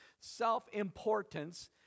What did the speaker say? self-importance